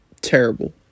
terrible